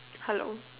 hello